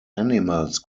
animals